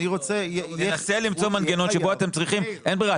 אין ברירה,